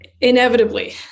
inevitably